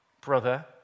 brother